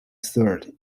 third